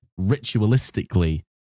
ritualistically